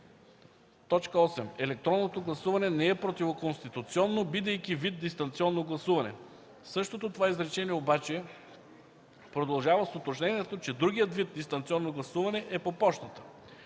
VІІІ – „електронното гласуване не е противоконституционно, бидейки вид дистанционно гласуване”. Същото това изречение обаче продължава с уточнението, че другият вид дистанционно гласуване е по пощата.